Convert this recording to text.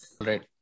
Right